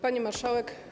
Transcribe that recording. Pani Marszałek!